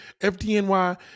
FDNY